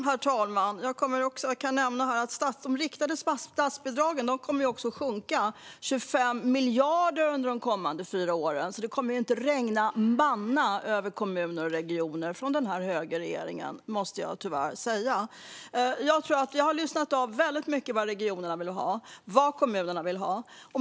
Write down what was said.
Herr talman! Jag kan nämna att de riktade statsbidragen kommer att sjunka med 25 miljarder under de kommande fyra åren. Det kommer inte att regna manna över kommuner och regioner från högerregeringen, måste jag tyvärr säga. Vi har lyssnat av väldigt mycket vad regionerna vill ha och vad kommunerna vill ha.